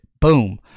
boom